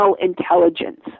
intelligence